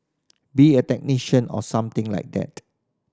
be a technician or something like that